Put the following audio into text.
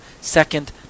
second